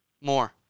More